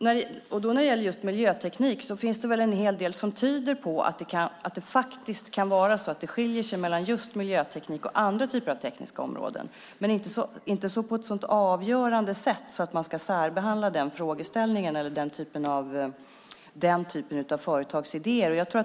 När det gäller just miljöteknik finns det en hel del som tyder på att det kan vara så att det skiljer sig mellan miljöteknik och andra typer av tekniska områden. Men det gör det inte på ett så avgörande sätt att man ska särbehandla den frågeställningen eller den typen av företagsidéer.